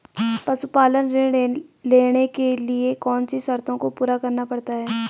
पशुपालन ऋण लेने के लिए कौन सी शर्तों को पूरा करना पड़ता है?